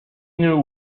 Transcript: knew